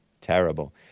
Terrible